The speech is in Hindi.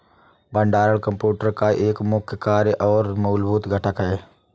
भंडारण कंप्यूटर का एक मुख्य कार्य और मूलभूत घटक है